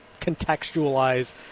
contextualize